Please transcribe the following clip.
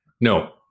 No